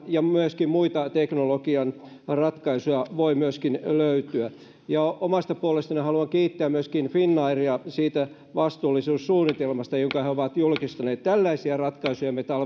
ja myöskin muita teknologian ratkaisuja voi löytyä omasta puolestani haluan kiittää myöskin finnairia vastuullisuussuunnitelmasta jonka he ovat julkistaneet tällaisia ratkaisuja me